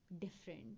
different